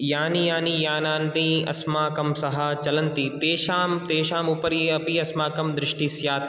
यानि यानि यानानि अस्माकं सह चलन्ति तेषां तेषां उपरि अपि अस्माकं दृष्टिस्स्यात्